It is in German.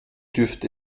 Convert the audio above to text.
dürfte